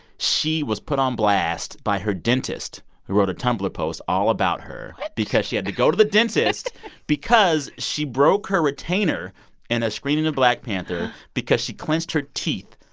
she was put on blast by her dentist who wrote a tumblr post all about her what. because she had to go to the dentist because she broke her retainer in a screening of black panther because she clenched her teeth.